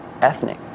ethnic